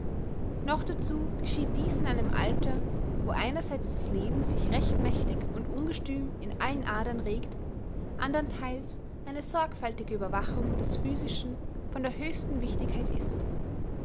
noch dazu geschieht dies in einem alter wo einerseits das leben sich recht mächtig und ungestüm in allen adern regt anderntheils eine sorgfältige ueberwachung des physischen von der höchsten wichtigkeit ist